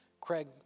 Craig